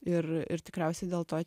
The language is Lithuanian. ir ir tikriausiai dėl to